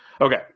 Okay